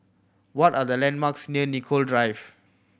what are the landmarks near Nicoll Drive